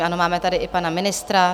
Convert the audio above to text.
Ano, máme tady i pana ministra.